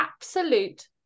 absolute